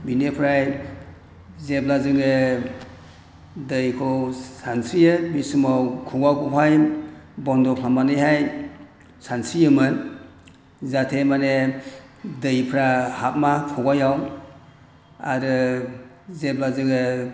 बिनिफ्राय जेब्ला जोङो दैखौ सानस्रियो बे समाव खुगाखौहाय बन्द' खालामनानैहाय सानस्रियोमोन जाहाथे माने दैफोरा हाबा खुगायाव आरो जेब्ला जोङो